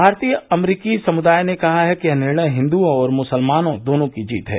भारतीय अमरीकी समृदाय ने कहा है कि यह निर्णय हिन्द्रों और मुसलमानों दोनों की जीत है